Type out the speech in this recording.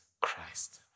Christ